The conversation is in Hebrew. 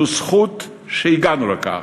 זו זכות שהגענו לכך,